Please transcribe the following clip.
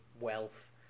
wealth